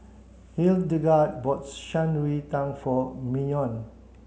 Hildegard bought Shan Rui Tang for Mignon